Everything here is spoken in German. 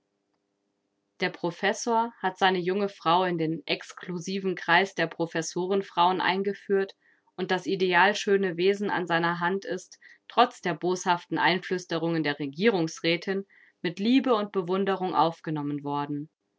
der professor hat seine junge frau in den exklusiven kreis der professorenfrauen eingeführt und das ideal schöne wesen an seiner hand ist trotz der boshaften einflüsterungen der regierungsrätin mit liebe und bewunderung aufgenommen worden